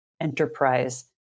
enterprise